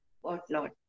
whatnot